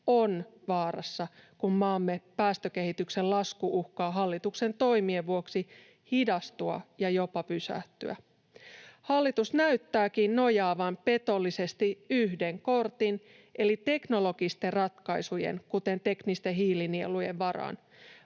on vaarassa, kun maamme päästökehityksen lasku uhkaa hallituksen toimien vuoksi hidastua ja jopa pysähtyä. Hallitus näyttääkin nojaavaan petollisesti yhden kortin eli teknologisten ratkaisujen, kuten teknisten hiilinielujen, varaan.